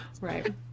right